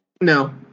no